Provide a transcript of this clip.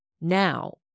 Now